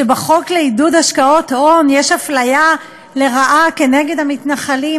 שבחוק לעידוד השקעות הון יש אפליה לרעה כנגד המתנחלים,